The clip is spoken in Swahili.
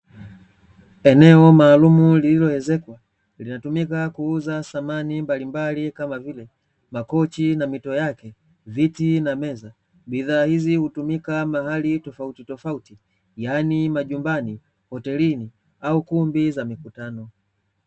Eneo maalumu lililoezekwa, linatumika kuuza samani mbalimbali, kama vile: makochi na mito yake, viti, na meza, bidhaa hizi hutumika mahali tofautitofauti, yaani majumbani, hotelini, au kumbi za mikutano.